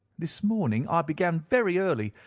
this morning i began very early,